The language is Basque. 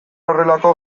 horrelako